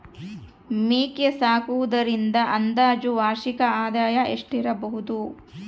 ಮೇಕೆ ಸಾಕುವುದರಿಂದ ಅಂದಾಜು ವಾರ್ಷಿಕ ಆದಾಯ ಎಷ್ಟಿರಬಹುದು?